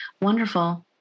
wonderful